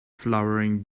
flowering